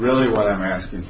really what i'm asking